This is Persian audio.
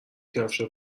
کفشت